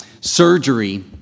Surgery